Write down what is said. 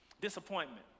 Disappointment